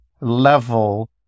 level